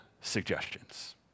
suggestions